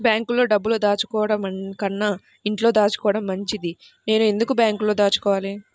బ్యాంక్లో డబ్బులు దాచుకోవటంకన్నా ఇంట్లో దాచుకోవటం మంచిది నేను ఎందుకు బ్యాంక్లో దాచుకోవాలి?